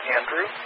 Andrew